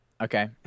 okay